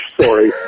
story